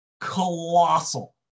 colossal